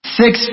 six